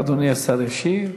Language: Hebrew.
אדוני השר ישיב.